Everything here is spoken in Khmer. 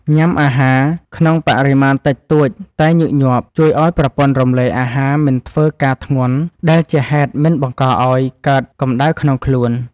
ញ៉ាំអាហារក្នុងបរិមាណតិចតួចតែញឹកញាប់ជួយឱ្យប្រព័ន្ធរំលាយអាហារមិនធ្វើការធ្ងន់ដែលជាហេតុមិនបង្កឱ្យកើតកម្តៅក្នុងខ្លួន។